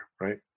right